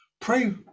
pray